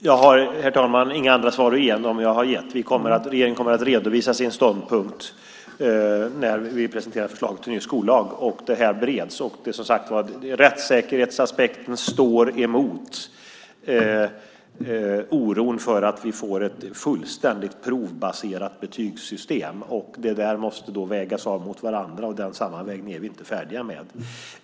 Herr talman! Jag har inga andra svar att ge än de jag har gett. Regeringen kommer att redovisa sin ståndpunkt när vi presenterar förslaget till ny skollag. Det här bereds. Rättssäkerhetsaspekten står emot oron för att vi får ett fullständigt provbaserat betygssystem. Det måste vägas av mot varandra. Den sammanläggningen är vi inte färdiga med.